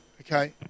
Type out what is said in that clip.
Okay